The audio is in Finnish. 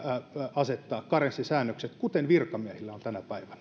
asettaa karenssisäännökset kuten virkamiehillä on tänä päivänä